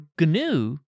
GNU